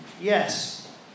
yes